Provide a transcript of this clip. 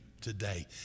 today